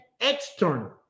external